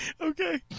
Okay